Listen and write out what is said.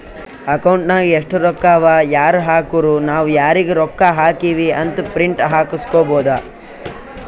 account ನಾಗ್ ಎಸ್ಟ್ ರೊಕ್ಕಾ ಅವಾ ಯಾರ್ ಹಾಕುರು ನಾವ್ ಯಾರಿಗ ರೊಕ್ಕಾ ಹಾಕಿವಿ ಅಂತ್ ಪ್ರಿಂಟ್ ಹಾಕುಸ್ಕೊಬೋದ